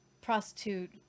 prostitute